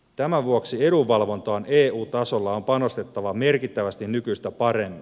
tämän vuoksi edunvalvontaan eu tasolla on panostettava merkittävästi nykyistä paremmin